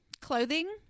clothing